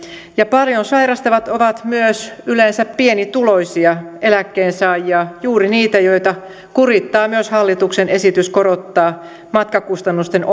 paljon sairastavat ovat myös yleensä pienituloisia eläkkeensaajia juuri niitä joita kurittaa myös hallituksen esitys korottaa matkakustannusten